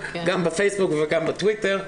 גם בפייסבוק וגם בטוויטר.